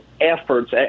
efforts